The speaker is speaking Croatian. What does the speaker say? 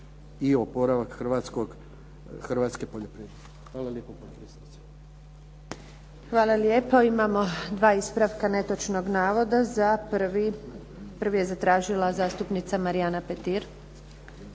i oporavak hrvatske poljoprivrede. Hvala lijepo potpredsjednice. **Antunović, Željka (SDP)** Hvala lijepo. Imamo 2 ispravka netočnog navoda. Prvi je zatražila zastupnica Marijana Petir.